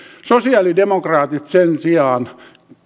sosialidemokraatit sen sijaan